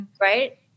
Right